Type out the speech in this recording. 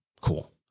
Cool